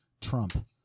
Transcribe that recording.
Trump